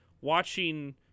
watching